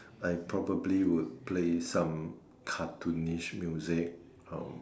I probably would play some cartoonish music or